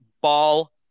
ball